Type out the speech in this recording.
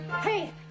Hey